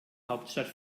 hauptstadt